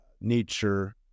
nature